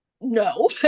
no